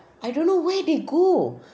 I don't know where they go